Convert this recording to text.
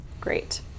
Great